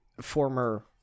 former